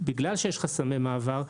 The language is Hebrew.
בגלל שיש חסמי מעבר,